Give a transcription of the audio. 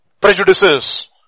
Prejudices